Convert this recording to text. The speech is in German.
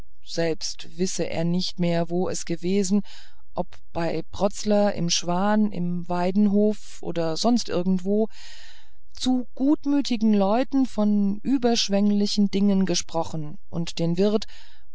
selbst wisse er nicht mehr wo es gewesen ob bei protzler im schwan im weidenhof oder sonst irgendwo zu gutmütigen leuten von überschwenglichen dingen gesprochen und den wirt